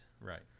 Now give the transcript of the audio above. Right